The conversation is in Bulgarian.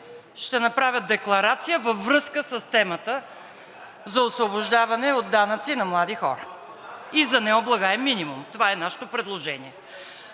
ще направя декларация във връзка с темата за освобождаване от данъци на млади хора и за необлагаем минимум, това е нашето предложение.